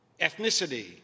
ethnicity